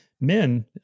men